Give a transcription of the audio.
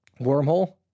wormhole